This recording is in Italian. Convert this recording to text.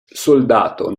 soldato